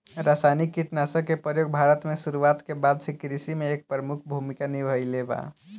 रासायनिक कीटनाशक के प्रयोग भारत में शुरुआत के बाद से कृषि में एक प्रमुख भूमिका निभाइले बा